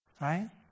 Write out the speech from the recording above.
Right